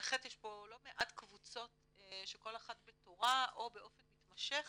ובהחלט יש פה לא מעט קבוצות שכל אחת בתורה או באופן מתמשך